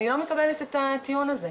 אני לא מקבלת את הטיעון הזה.